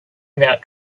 about